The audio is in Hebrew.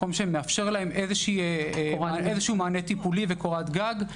מקום שמאפשר להם מענה טיפולי וקורת גג.